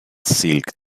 silk